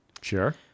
Sure